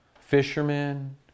fishermen